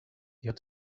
had